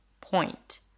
point